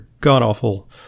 god-awful